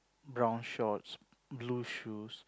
brown shorts blue shoes